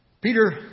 Peter